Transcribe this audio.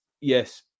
yes